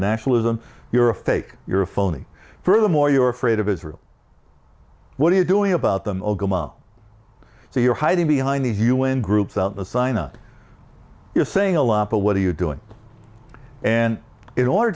nationalism you're a fake you're a phony furthermore you are afraid of israel what are you doing about them so you're hiding behind these u n groups sign up you're saying a lot but what are you doing and in order